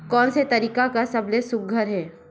कोन से तरीका का सबले सुघ्घर हे?